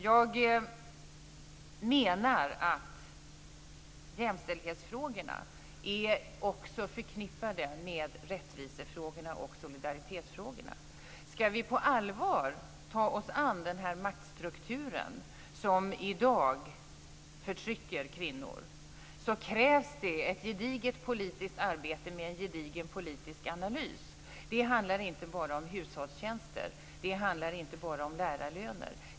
Jag menar att jämställdhetsfrågorna också är förknippade med rättvisefrågorna och solidaritetsfrågorna. Ska vi på allvar ta oss an den maktstruktur som i dag förtrycker kvinnor, krävs det ett gediget politiskt arbete med en gedigen politisk analys. Det handlar inte bara om hushållstjänster. Det handlar inte bara om lärarlöner.